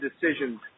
decisions